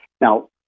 Now